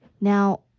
Now